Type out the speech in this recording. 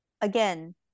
again